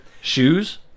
Shoes